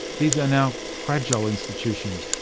these are now fragile institutions,